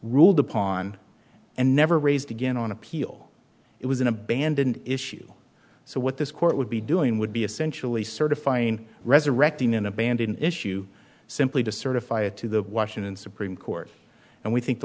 ruled upon and never raised again on appeal it was an abandoned issue so what this court would be doing would be essentially certifying resurrecting in abandon issue simply to certify it to the washington supreme court and we think the